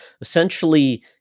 Essentially